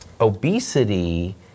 obesity